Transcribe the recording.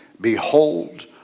behold